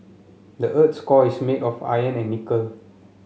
the earth's core is made of iron and nickel